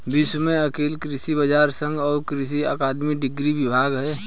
विश्व में अनेक कृषि व्यापर संघ और कृषि अकादमिक डिग्री विभाग है